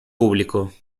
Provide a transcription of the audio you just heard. público